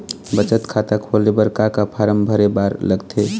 बचत खाता खोले बर का का फॉर्म भरे बार लगथे?